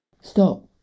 Stop